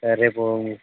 రేపు